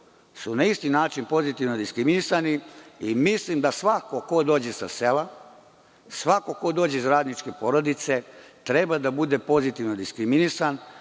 su na isti način pozitivno diskriminisani i mislim da svako ko dođe sa sela, svako ko dođe iz radničke porodice, treba da bude pozitivno diskriminisan,